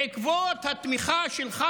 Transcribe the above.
בעקבות התמיכה שלך,